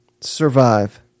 survive